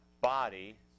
body